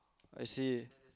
I see